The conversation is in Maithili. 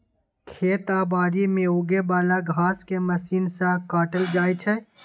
खेत आ बारी मे उगे बला घांस केँ मशीन सँ काटल जाइ छै